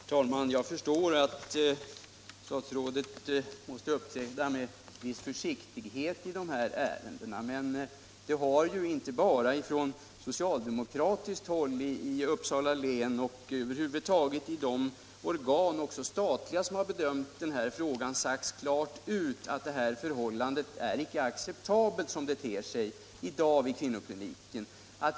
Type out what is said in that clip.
Herr talman! Jag förstår att statsrådet måste uppträda med en viss försiktighet i ärendet, men det har ju inte bara från socialdemokratiskt håll i Uppsala län utan också från över huvud taget alla de organ, också statliga, som har bedömt denna fråga sagts klart ut att de nuvarande förhållandena vid kvinnokliniken inte är acceptabla.